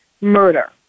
murder